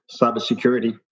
cybersecurity